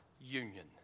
union